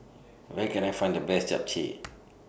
Where Can I Find The Best Japchae